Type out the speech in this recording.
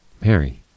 Mary